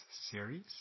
series